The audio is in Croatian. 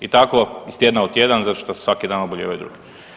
I tako iz tjedna u tjedan zato što svaki dan obolijevaju drugi.